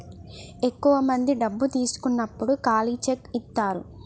ఎక్కువ మంది డబ్బు తీసుకున్నప్పుడు ఖాళీ చెక్ ఇత్తారు